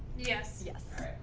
yes. yes.